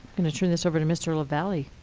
and to turn this over to mr. lavalley,